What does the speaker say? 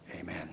Amen